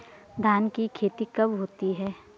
धान की खेती कब होती है?